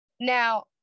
Now